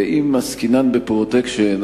ואם עסקינן ב"פרוטקשן",